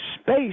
space